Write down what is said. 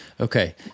Okay